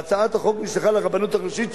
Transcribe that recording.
והצעת החוק נשלחה לרבנות הראשית,